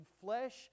flesh